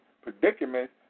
predicament